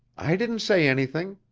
i didn't say anything.